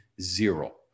zero